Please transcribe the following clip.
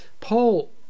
Paul